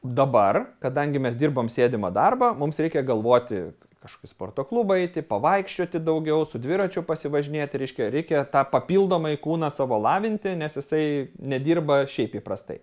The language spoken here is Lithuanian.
dabar kadangi mes dirbam sėdimą darbą mums reikia galvoti kažkokį sporto klubą eiti pavaikščioti daugiau su dviračiu pasivažinėt reiškia reikia tą papildomai kūną savo lavinti nes jisai nedirba šiaip įprastai